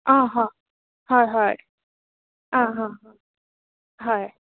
অঁ হ হয় হয় অঁ অঁ হয়